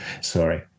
Sorry